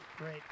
Great